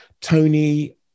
Tony